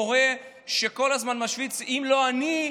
על מורה שכל הזמן משוויץ: אם לא אני,